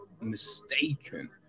mistaken